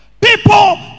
People